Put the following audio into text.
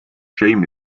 shame